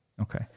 Okay